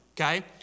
okay